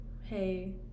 Hey